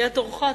הגיע תורך.